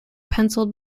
penciled